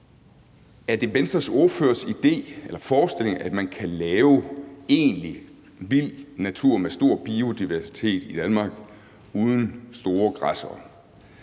Er det Venstres ordførers idé eller forestilling, at man kan lave egentlig vild natur med stor biodiversitet i Danmark uden store græssere?